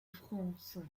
france